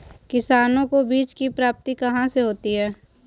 किसानों को बीज की प्राप्ति कहाँ से होती है?